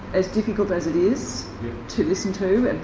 as difficult as it is to listen to,